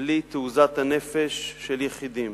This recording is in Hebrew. בלי תעוזת הנפש של יחידים